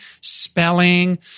spelling